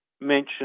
mentioned